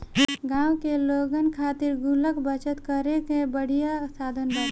गांव के लोगन खातिर गुल्लक बचत करे कअ बढ़िया साधन बाटे